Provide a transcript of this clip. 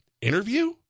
interview